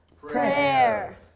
Prayer